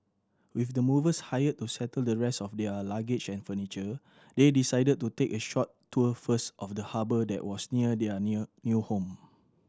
with the movers hired to settle the rest of their luggage and furniture they decided to take a short tour first of the harbour that was near their new new home